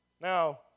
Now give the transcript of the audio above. Now